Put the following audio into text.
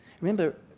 Remember